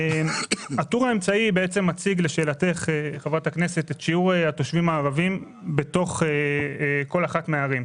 הטור האמצעי מציג את שיעור התושבים בתוך כל אחת מהערים.